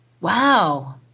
wow